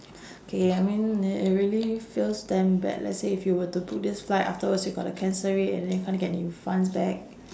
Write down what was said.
K I mean i~ it really feels damn bad let's say if you were to booked this flight afterwards you gotta cancel it and then you can't get any refunds back